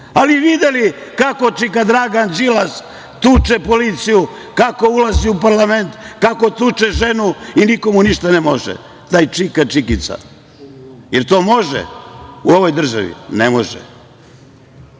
Ali, videli su kako čika Dragan Đilas tuče policiju, kako ulazi u parlament, kako tuče ženu i niko mu ništa ne može, taj čika, čikica. Jel to može u ovoj državi? Ne